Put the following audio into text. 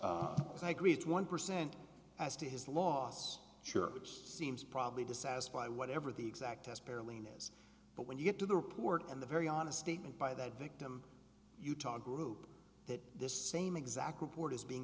i agree it's one percent as to his loss sure it seems probably to satisfy whatever the exact is barely news but when you get to the report and the very honest statement by that victim utah group that this same exact report is being